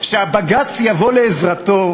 שהבג"ץ יבוא לעזרתו,